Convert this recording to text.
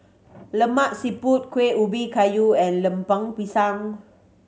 Lemak Siput Kueh Ubi Kayu and Lemper Pisang